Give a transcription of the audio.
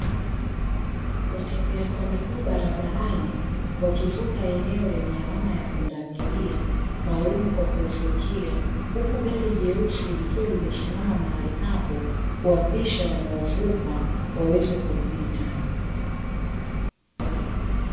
Watembea kwa miguu barabarani wakivuka eneo lenye alama ya pundamilia maalumu kwa kuvukia, huku gari jeusi likiwa limesimama mahali hapo kuwapisha wanaovuka waweze kupita.